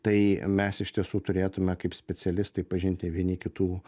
tai mes iš tiesų turėtume kaip specialistai pažinti vieni kitų